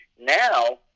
Now